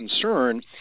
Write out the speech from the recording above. concern